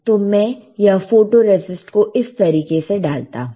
तो मैं यह फोटोरेसिस्ट को इस तरीके से डालता हूं